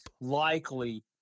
likely